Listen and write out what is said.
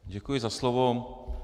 Děkuji za slovo.